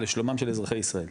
לשלומם של אזרחי ישראל.